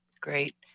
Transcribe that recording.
Great